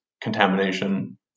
contamination